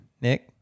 Nick